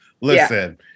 Listen